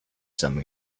some